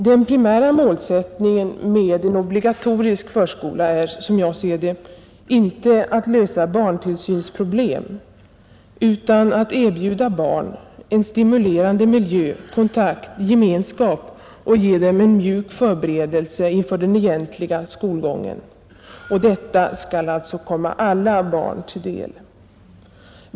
Den primära målsättningen med en obligatorisk förskola är, som jag ser det, inte att lösa barntillsynsproblem, utan att erbjuda barn en stimulerande miljö, kontakt och gemenskap och ge dem en mjuk förberedelse inför den egentliga skolgången — och detta skall alltså komma alla barn till del.